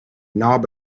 knob